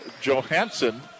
Johansson